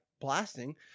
blasting